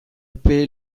epe